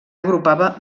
agrupava